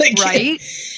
right